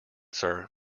sir